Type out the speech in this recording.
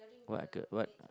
what are the what